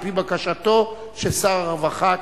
לפי בקשתו של שר הרווחה,